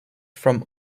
from